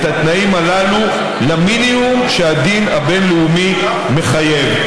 התנאים הללו למינימום שהדין הבין-לאומי מחייב.